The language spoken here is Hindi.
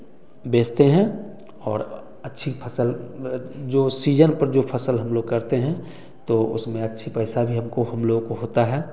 बेचते हैं और अच्छी फ़सल जो सीजन पर जो फ़सल हम लोग करते हैं तो उसमें अच्छी पैसा हम लोग को हम लोगों को होता है